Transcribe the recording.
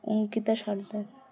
Ankita Sardar